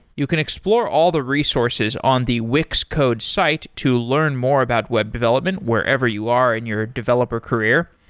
you can explore all the resources on the wix code site to learn more about web development wherever you are in your developer career.